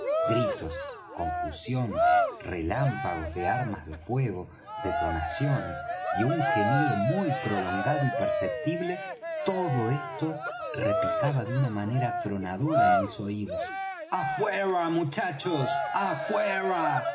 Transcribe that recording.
gritos confusión relámpagos de armas de fuego detonaciones y un gemido muy prolongado y perceptible todo esto repicaba de una manera atronadora en mis oídos afuera muchachos afuera